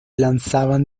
lanzaban